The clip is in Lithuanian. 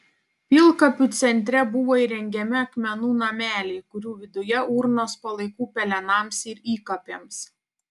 pilkapių centre buvo įrengiami akmenų nameliai kurių viduje urnos palaikų pelenams ir įkapėms